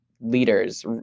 leaders